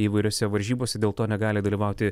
įvairiose varžybose dėl to negali dalyvauti